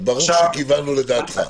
אז ברור שכיוונו לדעתך.